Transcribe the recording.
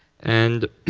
and